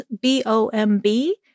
B-O-M-B